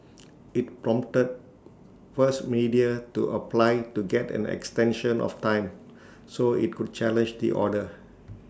IT prompted first media to apply to get an extension of time so IT could challenge the order